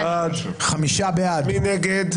מי נגד?